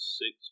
six